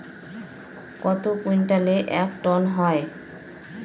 কত কুইন্টালে এক টন হয়?